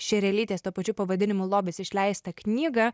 šerelytės tuo pačiu pavadinimu lobis išleistą knygą